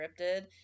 scripted